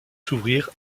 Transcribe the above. s’ouvrir